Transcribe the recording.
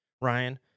Ryan